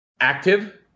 active